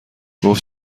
گفت